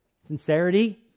sincerity